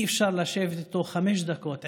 אי-אפשר לשבת איתו חמש דקות,